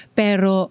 pero